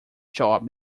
job